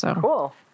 Cool